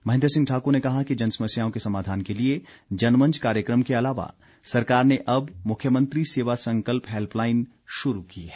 महेन्द्र सिंह ठाकुर ने कहा कि जनसमस्याओं के समाधान के लिए जनमंच कार्यक्रम के अलावा सरकार ने अब मुख्यमंत्री सेवा संकल्प हैल्पलाइन शुरू की है